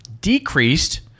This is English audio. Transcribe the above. decreased